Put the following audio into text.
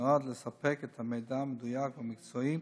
שנועד לספק את המידע המדויק והמקצועי